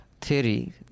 Theory